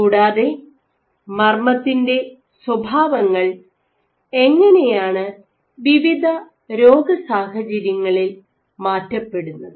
കൂടാതെ മർമ്മത്തിൻറെ സ്വഭാവങ്ങൾ എങ്ങനെയാണ് വിവിധ രോഗസാഹചര്യങ്ങളിൽ മാറ്റപ്പെടുന്നത്